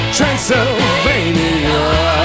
Transylvania